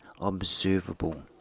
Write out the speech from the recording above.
observable